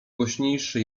głośniejszy